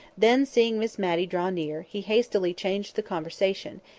then, seeing miss matty draw near, he hastily changed the conversation,